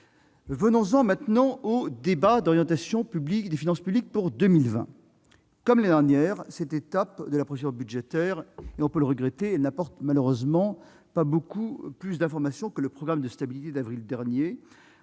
Venons-en maintenant au débat d'orientation des finances publiques pour 2020. Comme l'an dernier, nous regrettons que cette étape de la procédure budgétaire n'apporte malheureusement pas beaucoup plus d'informations que le programme de stabilité en avril dernier,